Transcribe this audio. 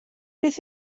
beth